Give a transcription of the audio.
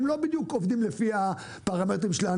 הם לא בדיוק עובדים לפי הפרמטרים שלנו.